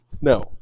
no